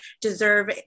deserve